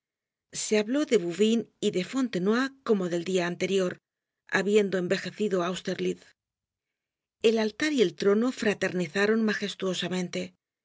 se habló de bouvincs y de fontenoy como del dia anterior habiendo envejecido austerlitz el altar y el trono fraternizaron magestuosamente en francia y